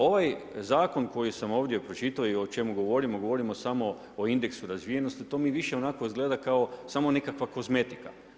Ovaj zakon koji sam ovdje pročitao, i o čemu govorimo, govorimo samo o indeksu razvijenosti, to mi više izgleda kao samo nekakva kozmetika.